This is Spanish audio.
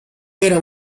era